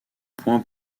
point